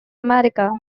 america